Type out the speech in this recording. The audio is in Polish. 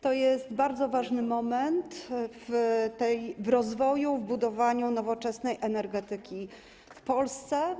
To jest bardzo ważny moment dla rozwoju, budowania nowoczesnej energetyki w Polsce.